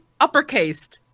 uppercased